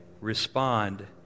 respond